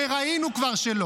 הרי כבר ראינו שלא.